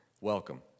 welcome